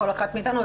כל אחת מאיתנו,